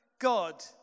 God